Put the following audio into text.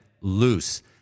loose